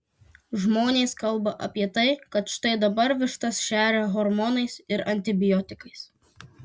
žmonės kalba apie tai kad štai dabar vištas šeria hormonais ir antibiotikais